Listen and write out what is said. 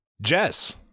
Jess